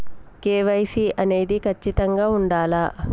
KYC అనేది ఖచ్చితంగా ఉండాలా?